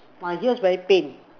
my ears very pain